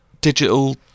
digital